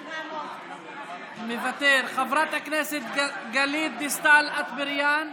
מוותר, חברת הכנסת גלית דיסטל אטבריאן,